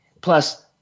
Plus